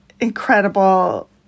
incredible